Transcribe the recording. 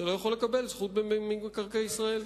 אתה לא יכול לקבל זכות במקרקעי ישראל.